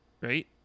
right